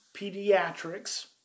pediatrics